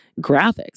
graphics